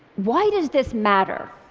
why does this matter?